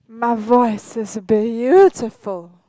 my voice is beautiful